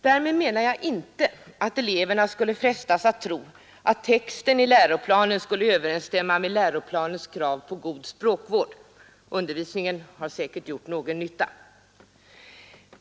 Därmed menar jag inte att eleverna skulle frestas att tro att texten i provet skulle överensstämma med läroplanens krav på god språkvård — undervisningen har säkert gjort någon nytta.